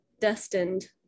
destined